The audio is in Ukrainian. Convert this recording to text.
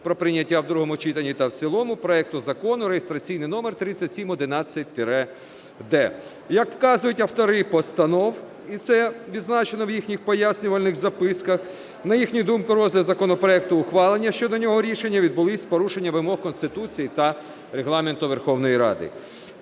про прийняття в другому читанні та в цілому проекту Закону реєстрацій номер 3711-д. Як вказують автори постанов, і це відзначено в їхніх пояснювальних записках, на їхню думку, розгляд законопроекту і ухвалення щодо нього рішення відбулись з порушенням вимог Конституції та Регламенту Верховної Ради.